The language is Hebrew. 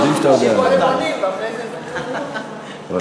אנשים קודם עונים ואחרי זה, דיון.